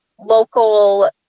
local